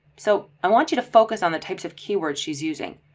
so i want you to focus on the types of keywords she's using.